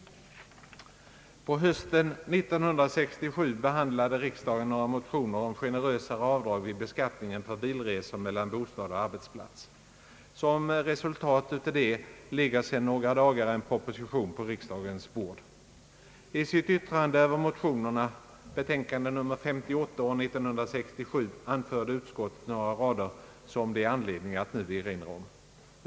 På hösten 1967 behandlade riksdagen några motioner om generösare avdrag vid beskattningen för bilresor mellan bostaden och arbetsplatsen. Som resultat därav ligger sedan några dagar en proposition på riksdagens bord. I sitt yttrande över motionerna — betänkande nr 58 år 1967 — anförde utskottet några rader som det finns anledning att nu erinra om.